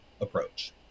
approach